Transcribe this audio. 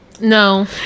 no